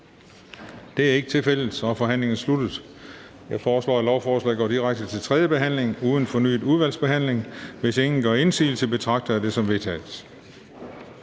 Det er ikke tilfældet. Så er forhandlingen sluttet. Jeg foreslår, at lovforslaget går direkte til tredje behandling uden fornyet udvalgsbehandling. Hvis ingen gør indsigelse, betragter jeg det som vedtaget.